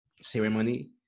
ceremony